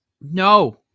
No